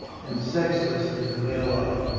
and sexless to the male eye.